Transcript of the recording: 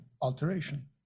alteration